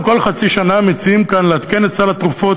כל חצי שנה מציעים כאן לעדכן את סל התרופות